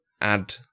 add